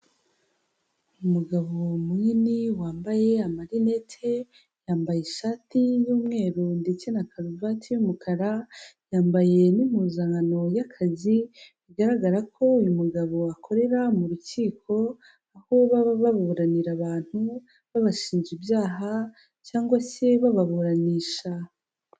Umugabo munini wambaye amarinete, yambaye ishati y'umweru ndetse na karuvati y'umukara, yambaye n'impuzankano y'akazi bigaragara ko uyu mugabo akorera mu rukiko, aho baba baburanira abantu babashinja ibyaha cyangwa se bababuranisha.